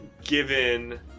given